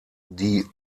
die